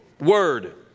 Word